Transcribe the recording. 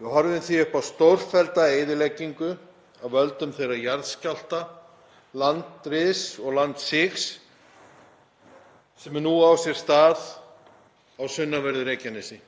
Við horfum því upp á stórfellda eyðileggingu af völdum þeirra jarðskjálfta, landriss og landsigs sem nú á sér stað á sunnanverðu Reykjanesi.